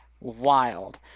wild